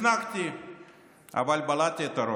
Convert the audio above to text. נחנקתי אבל בלעתי את הרוק,